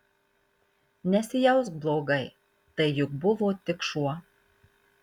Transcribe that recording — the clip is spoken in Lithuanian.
nesijausk blogai tai juk buvo tik šuo